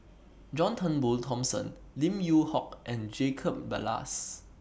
John Turnbull Thomson Lim Yew Hock and Jacob Ballas